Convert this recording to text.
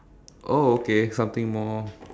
oh okay something more